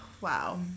wow